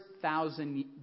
thousand